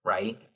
Right